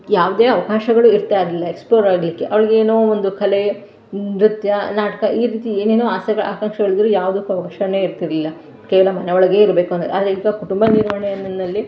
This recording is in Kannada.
ಯಾವುದೇ ಅವಕಾಶಗಳು ಇರ್ತಾಯಿರಲಿಲ್ಲ ಎಕ್ಸ್ಪ್ಲೋರ್ ಆಗಲಿಕ್ಕೆ ಅವ್ಳಿಗೇನೋ ಒಂದು ಕಲೆ ನೃತ್ಯ ನಾಟಕ ಈ ರೀತಿ ಏನೇನೊ ಆಸೆಗಳು ಆಕಾಂಕ್ಷೆಗಳು ಇದ್ದರು ಯಾವುದಕ್ಕೂ ಅವಕಾಶವೇ ಇರ್ತಿರಲಿಲ್ಲ ಕೇವಲ ಮನೆಯೊಳಗೆ ಇರಬೇಕು ಅನ್ನೋ ಆದರೆ ಈಗ ಕುಟುಂಬ ನಿರ್ವಹಣೆಯಲ್ಲಿ